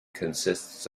consists